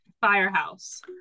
Firehouse